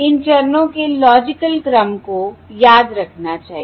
इन चरणों के लॉजिकल क्रम को याद रखना चाहिए